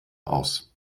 aus